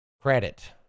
credit